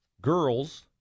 girls